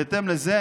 בהתאם לזה,